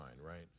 right